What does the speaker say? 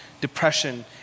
depression